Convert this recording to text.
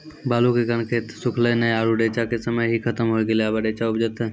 बालू के कारण खेत सुखले नेय आरु रेचा के समय ही खत्म होय गेलै, अबे रेचा उपजते?